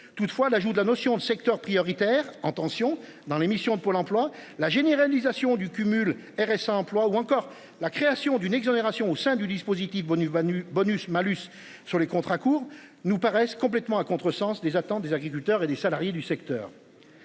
toutefois l'ajout de la notion de secteurs prioritaires en tension dans l'émission pour l'emploi, la généralisation du cumul RSA emploi ou encore la création d'une exonération au sein du dispositif bonus Banu bonus malus sur les contrats courts nous paraissent complètement à contresens des attentes des agriculteurs et des salariés du secteur.